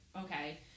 okay